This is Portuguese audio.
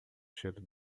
cheiro